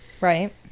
Right